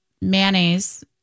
mayonnaise